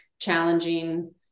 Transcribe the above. challenging